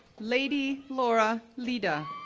lady laura lira,